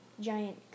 giant